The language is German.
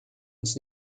uns